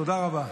תודה רבה.